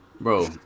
Bro